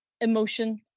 emotion